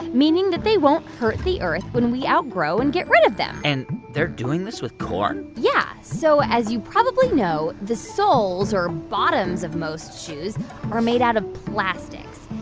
meaning that they won't hurt the earth when we outgrow and get rid of them and they're doing this with corn? yeah. so as you probably know, the soles or bottoms of most shoes are made out of plastics.